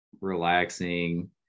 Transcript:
relaxing